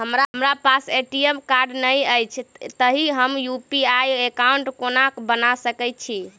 हमरा पास ATM card नहि अछि तए हम यु.पी.आई एकॉउन्ट कोना बना सकैत छी